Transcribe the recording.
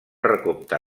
recompte